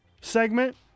segment